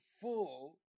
full